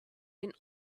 been